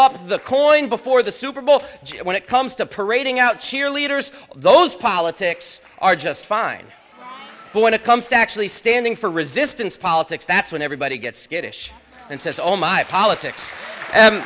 up the coin before the super bowl when it comes to parading out cheerleaders those politics are just fine but when it comes to actually standing for resistance politics that's when everybody gets skittish and says oh my politics